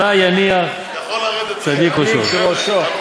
עלי יניח צדיק ראשו.